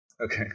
Okay